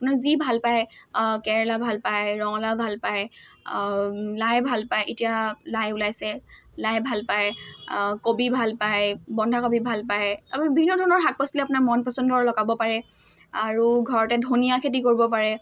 আপোনাৰ যি ভাল পায় কেৰেলা ভাল পায় ৰঙালাও ভাল পায় লাই ভাল পায় এতিয়া লাই ওলাইছে লাই ভাল পায় কবি ভাল পায় বন্ধাকবি ভাল পায় আৰু বিভিন্ন ধৰণৰ শাক পাচলি আপোনাৰ মন পচন্দৰ লগাব পাৰে আৰু ঘৰতে ধনিয়া খেতি কৰিব পাৰে